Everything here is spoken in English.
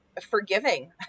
forgiving